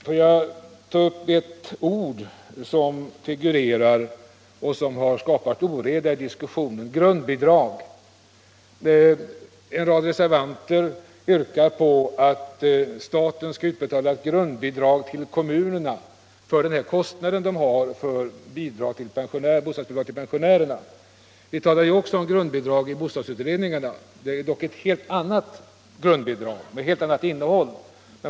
Får jag ta upp ett ord som skapat oreda i diskussionen, nämligen ”grundbidrag”? En rad reservanter yrkar att staten skall utbetala grundbidrag till kommunerna för den kostnad dessa har för bostadsbidrag till pensionärerna. I bostadsutredningarna talade vi också om grundbidrag. Detta är dock ett helt annat grundbidrag.